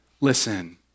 Listen